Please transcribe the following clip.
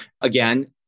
Again